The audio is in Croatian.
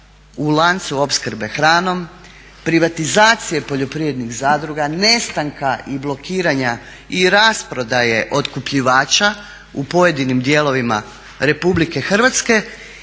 u lancu opskrbe hranom, privatizacije poljoprivrednih zadruga, nestanka i blokiranja i rasprodaje otkupljivača u pojedinim dijelovima RH i mala